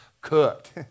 cooked